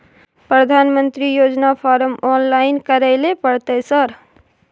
प्रधानमंत्री योजना form online करैले परतै सर?